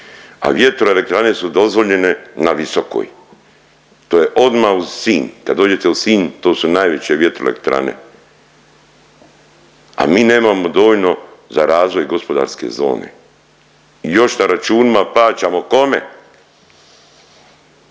a vjetroelektrane su dozvoljene na Visokoj. To je odmah uz Sinj, kad dođete u Sinj to su najveće vjetroelektrane, a mi nemamo dovoljno za razvoj gospodarske zone i još na računima plaćamo, kome.